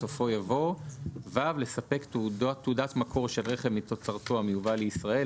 בסופו יבוא: "(ו) לספק תעודת מקור של רכב מתוצרתו המיובא לישראל,